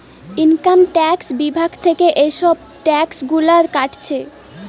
income tax বিভাগ থিকে এসব ট্যাক্স গুলা কাটছে